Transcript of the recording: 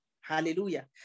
Hallelujah